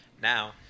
Now